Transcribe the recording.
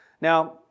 Now